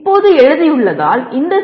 இப்போது எழுதியுள்ளதால் இந்த சி